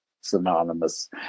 synonymous